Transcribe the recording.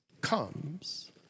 comes